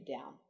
down